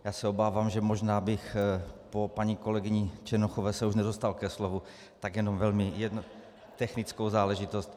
Já se obávám, že možná bych se po paní kolegyni Černochové už nedostal ke slovu, tak jenom jednu technickou záležitost.